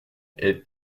est